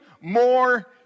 more